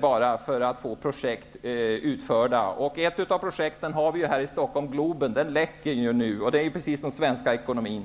bara för att få projekt utförda. Ett av projekten har vi här i Stockholm, nämligen Globen som ju läcker nu. Det är precis på samma sätt med den svenska ekonomin.